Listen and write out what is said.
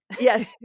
Yes